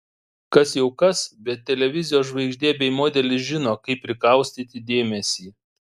kas jau kas bet televizijos žvaigždė bei modelis žino kaip prikaustyti dėmesį